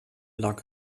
lag